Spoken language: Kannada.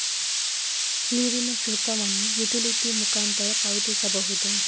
ನೀರಿನ ಶುಲ್ಕವನ್ನು ಯುಟಿಲಿಟಿ ಮುಖಾಂತರ ಪಾವತಿಸಬಹುದೇ?